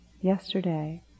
yesterday